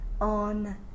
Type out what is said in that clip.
on